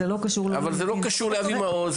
זה לא קשור --- זה לא קשור לאבי מעוז;